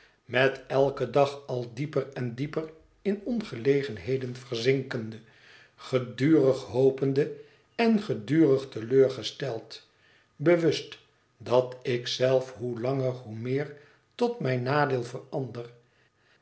met eiken dag al dieper en dieper in ongelegenheden verzinkende gedurig hopende en gedurig te leur gesteld bewust dat ik zelf hoe langer hoe meer tot mijn nadeel verander